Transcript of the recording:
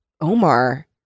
Omar